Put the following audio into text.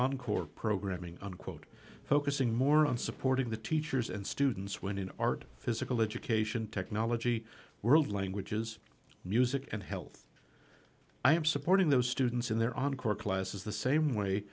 encore programming unquote focusing more on supporting the teachers and students when an art physical education technology world languages music and health i am supporting those students in their encore classes the same way